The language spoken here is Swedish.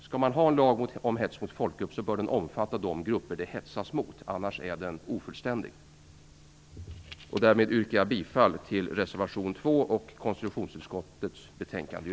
Skall man ha en lag om hets mot folkgrupp så bör den omfatta de grupper som det hetsas mot, annars är den ofullständig. Jag yrkar bifall till reservation 2 och i övrigt till konstitutionsutskottets betänkande.